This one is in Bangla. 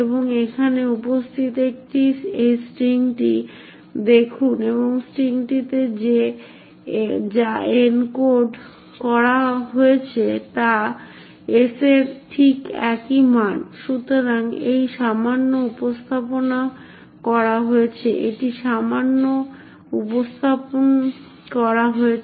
এবং এখানে উপস্থিত এই স্ট্রিংটি দেখুন এবং স্ট্রিংটিতে যা এনকোড করা হয়েছে তা s এর ঠিক একই মান সুতরাং এটি সামান্য উপস্থাপন করা হয়েছে